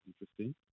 interesting